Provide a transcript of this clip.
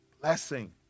blessing